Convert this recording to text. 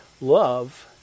love